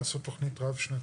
לעשות תוכנית רב שנתית.